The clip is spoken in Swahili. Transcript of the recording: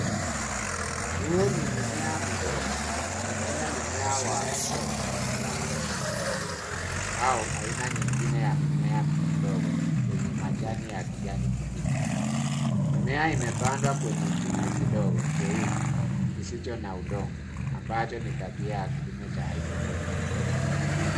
Huu ni mimea midogo, pengine mimea wa pesa wa kichina au aina nyingine ya mimea mdogo wenye majani ya kijani kibichi. Mimea imepandwa kwenye chungu kidogo cheusi kisicho na udongo ambacho ni tabia ya kilimo cha hydroponic .